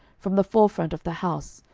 from the forefront of the house,